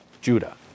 Judah